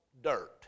dirt